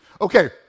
Okay